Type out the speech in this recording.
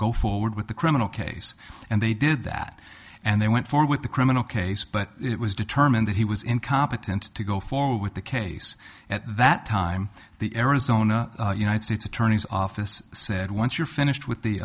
go forward with the criminal case and they did that and they went for with the criminal case but it was determined that he was incompetent to go forward with the case at that time the arizona united states attorney's office said once you're finished with the